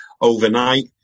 overnight